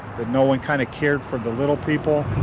that no one kind of cared for the little people.